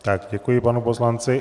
Tak děkuji panu poslanci.